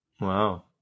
Wow